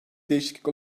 değişiklik